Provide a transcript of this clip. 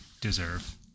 deserve